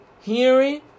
hearing